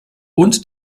und